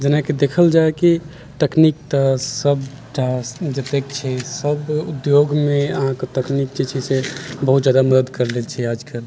जेनाकि देखल जाय कि तकनीक तऽ सबटा जतेक छै सब उद्योगमे अहाँकेँ तकनीक जे छै बहुत जादा मदद करैत छै आइकाल्हि